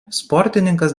sportininkas